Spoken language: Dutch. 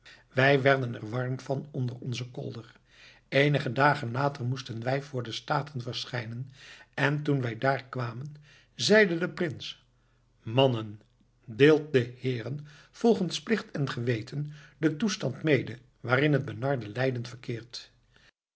en wij werden er warm van onder onzen kolder eenige dagen later moesten wij voor de staten verschijnen en toen wij daar kwamen zeide de prins mannen deelt den heeren volgens plicht en geweten den toestand mede waarin het benarde leiden verkeert